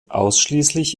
ausschließlich